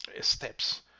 steps